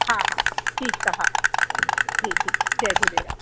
हा हा ठीकु आहे हा जी जी जय झूलेलाल